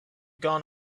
gone